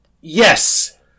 Yes